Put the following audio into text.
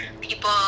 people